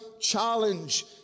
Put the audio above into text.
challenge